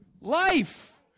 Life